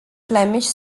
flemish